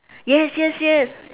yes yes yes